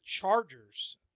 Chargers